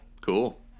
Cool